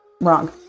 wrong